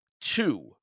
two